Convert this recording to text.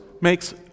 makes